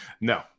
no